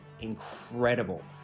incredible